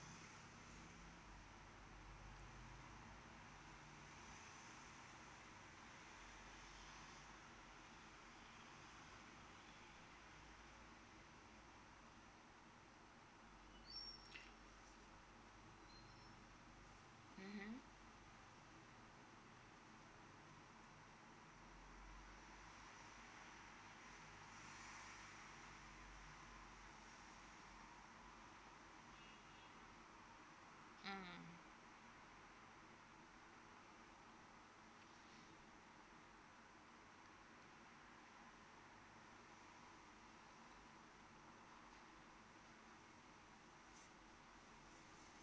mmhmm mmhmm